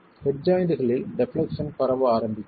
head ஜாய்ண்ட்களில் டெப்லெக்சன் பரவ ஆரம்பிக்கும்